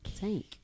Tank